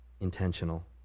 intentional